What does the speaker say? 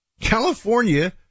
California